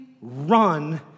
run